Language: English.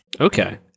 Okay